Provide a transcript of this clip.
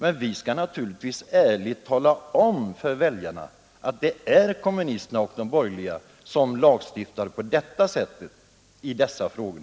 Men vi skall naturligtvis ärligt tala om för väljarna att det är kommunisterna och de borgerliga som lagstiftar på detta sätt i dessa frågor.